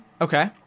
okay